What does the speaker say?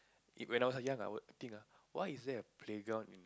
it when I was young ah I would think ah why is there a playground in